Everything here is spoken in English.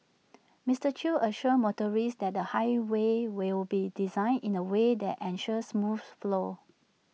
Mister chew assured motorists that the highway will be designed in A way that ensures smooth flow